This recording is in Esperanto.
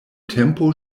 tempo